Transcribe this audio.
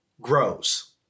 grows